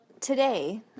today